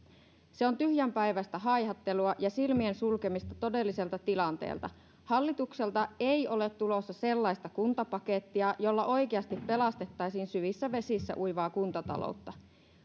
se on tyhjänpäiväistä haihattelua ja silmien sulkemista todelliselta tilanteelta hallitukselta ei ole tulossa sellaista kuntapakettia jolla oikeasti pelastettaisiin syvissä vesissä uivaa kuntataloutta